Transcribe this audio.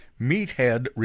Meathead